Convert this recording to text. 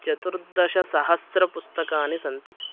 चतुर्दशसहस्रं पुस्तकानि सन्ति